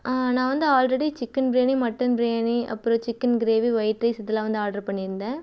நான் வந்து already chicken biryani mutton biryani அப்புறம் சிக்கன் கிரேவி ஒயிட் ரைஸ் இதெலாம் வந்து ஆட்ரு பண்ணிருந்தேன்